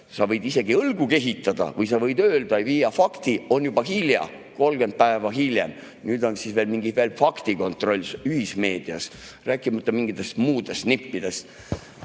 sa võid isegi õlgu kehitada või sa võid öelda ja viia fakti, on juba hilja, 30 päeva hiljem, nüüd on veel mingi faktikontroll ühismeedias. Rääkimata mingitest muudest nippidest.